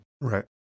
Right